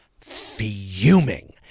fuming